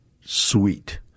sweet